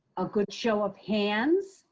a good show of hands.